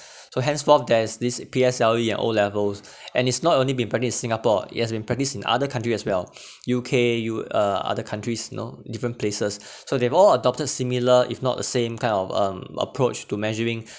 so henceforth there's this P_S_L_E and o-levels and it's not only been practised in singapore it has been practised in other countries as well U_K u uh other countries you know different places so they've all adopted similar if not the same kind of um approach to measuring